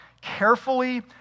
carefully